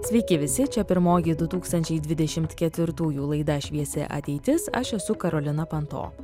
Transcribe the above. sveiki visi čia pirmoji du tūkstančiai dvidešimt ketvirtųjų laida šviesi ateitis aš esu karolina panto